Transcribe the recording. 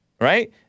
right